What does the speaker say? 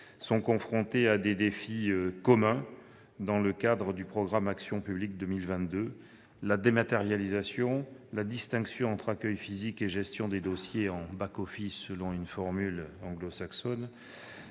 sont confrontées à des défis communs, dans le cadre du programme Action publique 2022 : la dématérialisation, la distinction entre accueil physique et gestion des dossiers en, enfin et surtout la mise